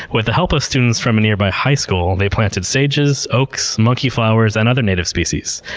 with the help of students from a nearby high school, they planted sages, oaks, monkey flowers and other native species.